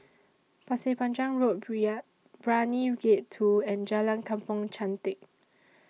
Pasir Panjang Road Brani Gate two and Jalan Kampong Chantek